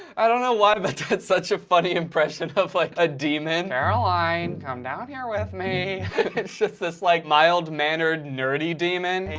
i don't know why but that's such a funny impression of, like, a demon caroline, come down here with me it's just this like, mild-mannered, nerdy demon.